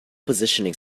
positioning